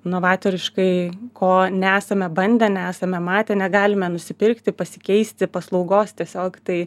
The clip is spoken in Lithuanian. novatoriškai ko nesame bandę nesame matę negalime nusipirkti pasikeisti paslaugos tiesiog tai